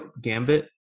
Gambit